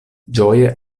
ĝoje